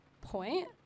point